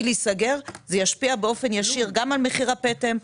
להיסגר המפעל תשפיע באופן ישיר גם על מחיר הפטם,